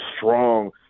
strong